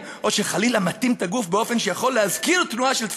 או שחלילה מטים את הגוף באופן שיכול להזכיר תנועות של תפילה.